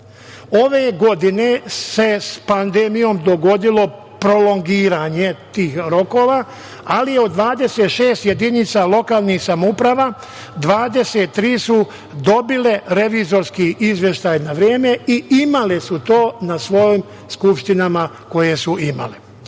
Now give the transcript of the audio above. Ove godine se s pandemijom dogodilo prolongiranje tih rokova, ali od 26 jedinica lokalnih samouprava 23 su dobile revizorski izveštaj na vreme i imale su to na svojim skupštinama koje su imale,